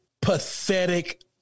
pathetic